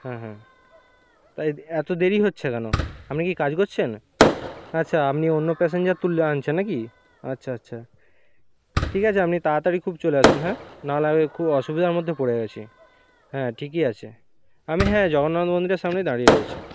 হ্যাঁ হ্যাঁ তাই এত দেরি হচ্ছে কেন আপনি কি কাজ করছেন আচ্ছা আপনি অন্য প্যাসেঞ্জার তুলে আনছেন নাকি আচ্ছা আচ্ছা ঠিক আছে আপনি তাড়াতাড়ি খুব চলে আসুন হ্যাঁ না হলে আমি খুব অসুবিধার মধ্যে পড়ে গেছি হ্যাঁ ঠিকই আছে আমি হ্যাঁ জগন্নাথ মন্দিরের সামনেই দাঁড়িয়ে রয়েছি